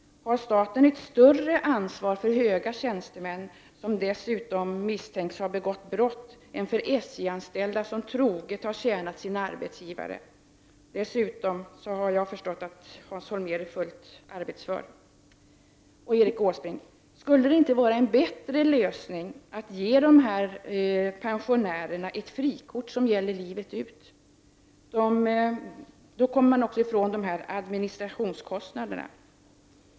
Har staten ett större ansvar för höga tjänstemän, som dessutom har misstänks ha begått brott, än för SJ-anställda, som troget har tjänat sin arbetsgivare? Dessutom har jag förstått att Hans Holmér är fullt arbetsför. Skulle det inte vara en bättre lösning, Erik Åsbrink, att ge dessa pensionärer ett frikort som gäller livet ut? Då kommer man också ifrån administrationskostnaderna.